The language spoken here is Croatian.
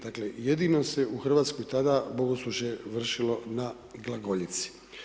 Dakle jedino se u Hrvatskoj bogoslužje vršilo na glagoljici.